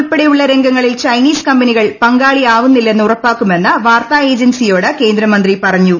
ഉൾപ്പെടെയുള്ള രംഗങ്ങളിൽ കമ്പനികൾ പങ്കാളിയാവുന്നില്ലെന്ന് ഉറപ്പാക്കുമെന്ന് വാർത്താ ഏജൻസിയോട് കേന്ദ്ര മന്ത്രി പറഞ്ഞു